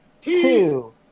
Two